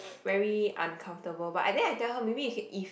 very uncomfortable but I then I tell her maybe you can if